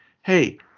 Hey